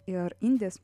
ir indės